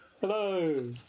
Hello